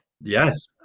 yes